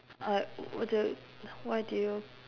uh what do yo~ why did you